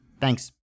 Thanks